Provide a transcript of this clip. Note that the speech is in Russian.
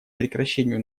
прекращению